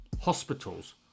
hospitals